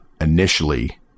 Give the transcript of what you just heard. initially